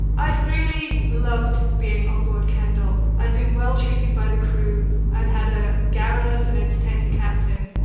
i'd really loved being on board kendal. i'd been well treated by the crew, i'd had a garrulous and entertaining captain,